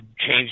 change